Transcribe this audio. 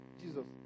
Jesus